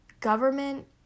government